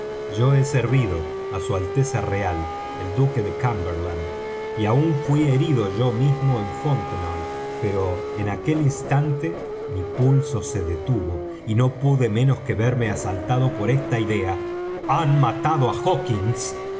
yo he servido á su alteza real el duque de cumberland y aun fuí herido yo mismo en fontenoy pero en aquel instante mi pulso se detuvo y no pude menos que verme asaltado por esta idea han matado á hawkins